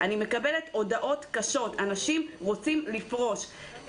אני מקבלת הודעות קשות, אנשים רוצים לפרוש.